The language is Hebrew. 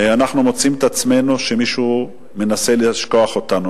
אנחנו מוצאים שמישהו מנסה לשכוח אותנו,